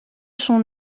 son